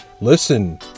listen